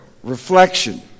Reflection